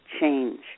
change